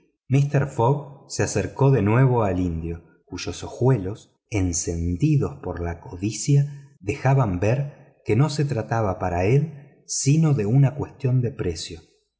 fogg se acercó de nuevo al indio cuyos ojuelos encendidos por la codicia dejaron ver que no se trataba para él sino de una cuestión de precio